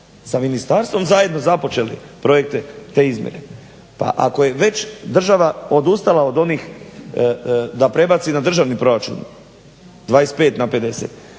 sa ministarstvom zajedno započeli projekte te izmjere. Pa ako je već država odustala od onih da prebaci na državni proračun 25 na 50